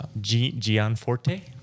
Gianforte